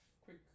quick